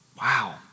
Wow